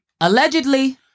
Allegedly